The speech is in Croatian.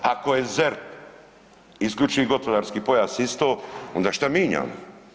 Ako je ZERP i isključivi gospodarski pojas isto, onda šta mijenjamo?